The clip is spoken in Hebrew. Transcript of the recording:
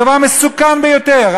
זה דבר מסוכן ביותר,